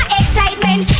excitement